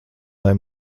lai